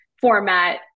format